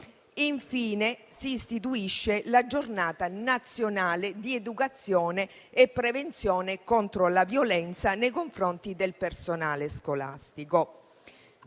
Infine si istituisce la Giornata nazionale di educazione e prevenzione contro la violenza nei confronti del personale scolastico.